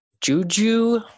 Juju